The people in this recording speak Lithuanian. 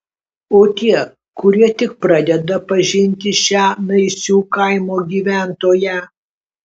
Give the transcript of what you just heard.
o tie kurie tik pradeda pažinti šią naisių kaimo gyventoją